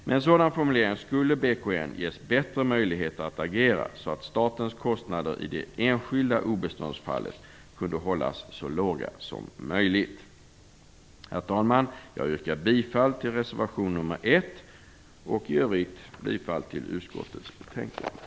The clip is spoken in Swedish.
Med en sådan formulering skulle BKN ges bättre möjligheter att agera så att statens kostnader i det enskilda obeståndsfallet kunde hållas så låga som möjligt. Herr talman! Jag yrkar bifall till reservation 1 och i övrigt till utskottets förslag.